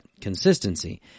consistency